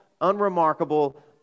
unremarkable